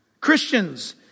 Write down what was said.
Christians